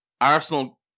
Arsenal